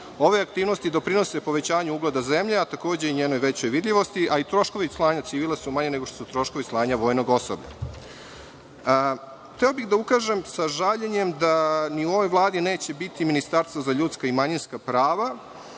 Ove aktivnosti doprinose povećanju ugleda zemlje, a takođe i njenoj većoj vidljivosti, a i troškovi slanja civila su manji nego što su troškovi slanja vojnog osoblja. Hteo bih da ukažem, sa žaljenjem, da ni u ovoj Vladi neće biti Ministarstvo za ljudska i manjinska prava.